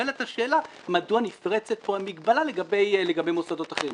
ונשאלת השאלה מדוע נפרצת פה המגבלה לגבי מוסדות אחרים.